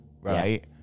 right